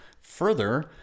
further